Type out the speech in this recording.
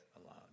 alone